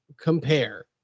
compare